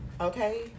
Okay